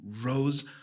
rose